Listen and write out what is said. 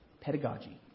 pedagogy